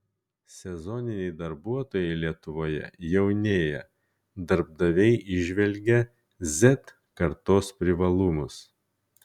sezoniniai darbuotojai lietuvoje jaunėja darbdaviai įžvelgia z kartos privalumus